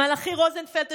מלאכי רוזנפלד,